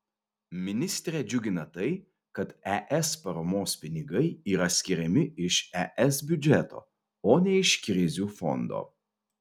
ministrę džiugina tai kad es paramos pinigai yra skiriami iš es biudžeto o ne iš krizių fondo